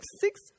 six